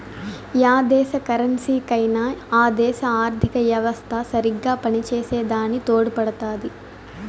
yeah దేశ కరెన్సీకైనా ఆ దేశ ఆర్థిత యెవస్త సరిగ్గా పనిచేసే దాని తోడుపడుతాది